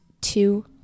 two